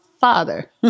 father